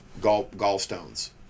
gallstones